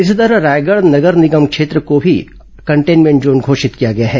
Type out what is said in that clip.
इसी तरह रायगढ़ नगर निगम क्षेत्र को भी कंटेनमेंट जोन घोषित किया गया है